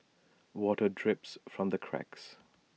water drips from the cracks